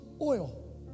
oil